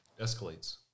Escalates